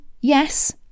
yes